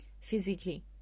physically